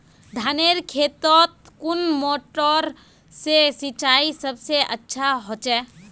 धानेर खेतोत कुन मोटर से सिंचाई सबसे अच्छा होचए?